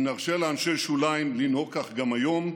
אם נרשה לאנשי שוליים לנהוג כך גם היום,